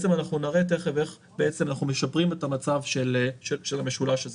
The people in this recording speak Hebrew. בעצם נראה תיכף איך אנחנו משפרים את המצב של המשולש הזה.